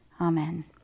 amen